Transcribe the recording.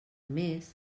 més